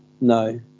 No